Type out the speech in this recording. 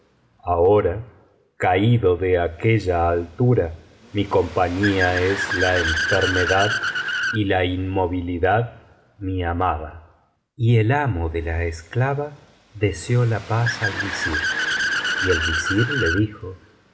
ahora caído de aquella altura mi compañía es la enfermedad y la inmovilidad mi amada y el amo de la esclava deseó la paz al visir y el visir le dijo